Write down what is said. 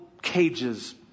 cages